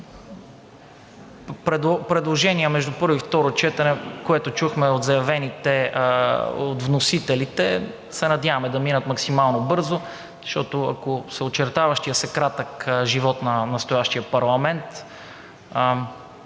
Предложенията между първо и второ четене, които чухме от вносителите, се надяваме да минат максимално бързо, защото, ако очертаващият се кратък живот на настоящия парламент